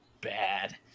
bad